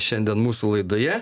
šiandien mūsų laidoje